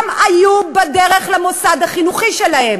כולם היו בדרך למוסד החינוכי שלהם.